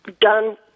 done